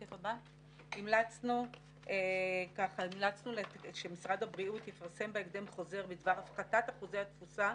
אנחנו המלצנו שמשרד הבריאות יפרסם בהקדם חוזר בדבר הפחתת אחוזי התפוסה,